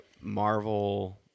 Marvel